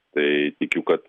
tai tikiu kad